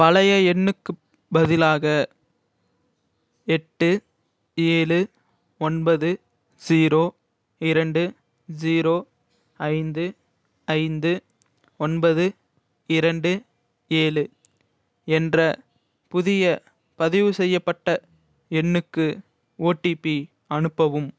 பழைய எண்ணுக்குப் பதிலாக எட்டு ஏழு ஒன்பது ஜீரோ இரண்டு ஜீரோ ஐந்து ஐந்து ஒன்பது இரண்டு ஏழு என்ற புதிய பதிவுசெய்யப்பட்ட எண்ணுக்கு ஓடிபி அனுப்பவும்